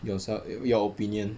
yourself your opinion